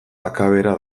akabera